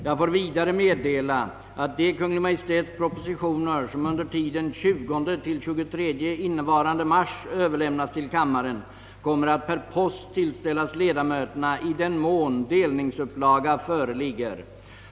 Jag får vidare meddela, att de Kungl. Maj:ts propositioner som under tiden 20—23 innevarande mars överlämnas till kammaren kommer att per post tillställas ledamöterna i den mån delningsupplaga föreligger.